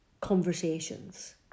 conversations